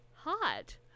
Hot